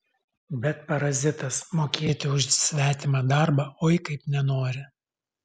bet parazitas mokėti už svetimą darbą oi kaip nenori